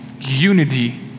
Unity